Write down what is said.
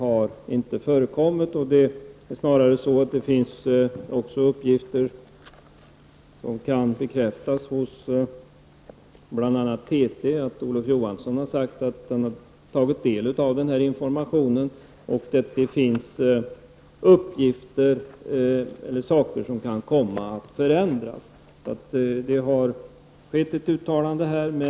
Olof Johansson har sagt — det kan bekräftas bl.a. av TT — att han har tagit del av denna information och att det finns saker som kan komma att förändras. Det har alltså gjorts ett uttalande.